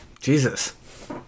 Jesus